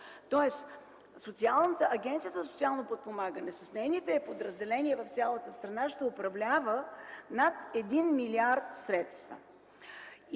Тоест Агенцията за социално подпомагане с нейните подразделения в цялата страна ще управлява средства